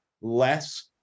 less